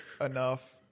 enough